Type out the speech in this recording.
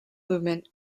movement